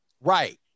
Right